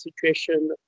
situation